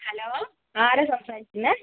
hello ആരാണ് സംസാരിക്കുന്നത്